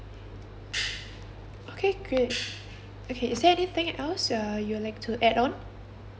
okay great okay is there anything else uh you'd like to add on